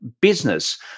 business